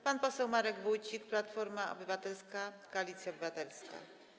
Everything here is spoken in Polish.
Pan poseł Marek Wójcik, Platforma Obywatelska - Koalicja Obywatelska.